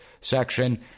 section